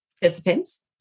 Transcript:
participants